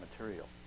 material